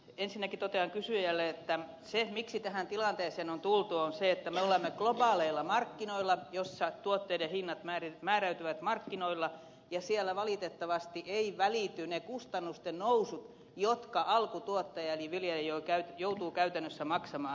ensinnäkin totean kysyjälle että syy miksi tähän tilanteeseen on tultu on se että me olemme globaaleilla markkinoilla joissa tuotteiden hinnat määräytyvät markkinoilla ja siellä valitettavasti eivät välity ne kustannusten nousut jotka alkutuottaja eli viljelijä joutuu käytännössä maksamaan